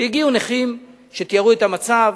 הגיעו נכים שתיארו את המצב.